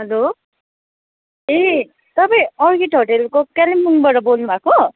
hello ए तपाईँ अर्किट होटलको कालिम्पोङबाट बोल्नु भएको